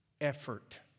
effort